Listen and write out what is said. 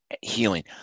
healing